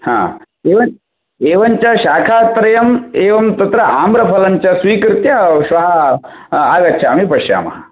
हा एवम् एवञ्च शाकात्रयम् एवं तत्र आम्रफलं च स्वीकृत्य श्वः आगच्छामि पश्यामः